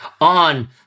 on